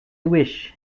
wished